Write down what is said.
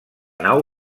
nau